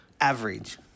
average